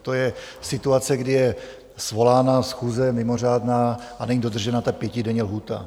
To je situace, kdy je svolána schůze mimořádná a není dodržena pětidenní lhůta.